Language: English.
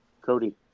Cody